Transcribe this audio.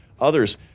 others